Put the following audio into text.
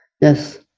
yes